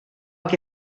que